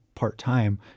part-time